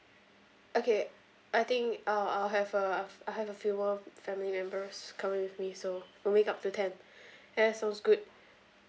okay I think uh I'll have a I'll have a few more family members coming with me so we'll make up to ten ya sounds good